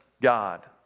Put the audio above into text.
god